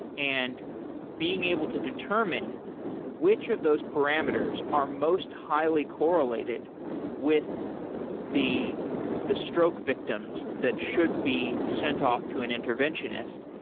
and being able to determine which of those parameters are most highly correlated with the the stroke victims that should be sent off to an interventionist.